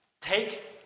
take